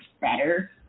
better